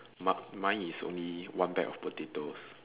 my~ mine is only one bag of potatoes